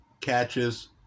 catches